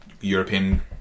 European